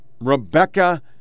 Rebecca